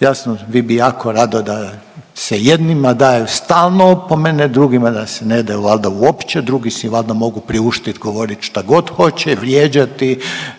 Jasno vi bi jako rado da se jednima daju stalno opomene, drugima da se ne daju valjda uopće, drugi si valjda mogu priuštiti govoriti što god hoće, vrijeđati,